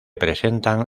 presentan